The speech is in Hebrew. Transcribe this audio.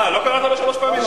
לא קראת אותו שלוש פעמים.